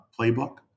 playbook